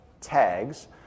tags